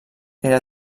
era